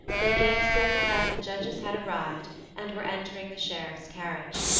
they gave signal that the judges had arrived and were entering the sheriff's carriage,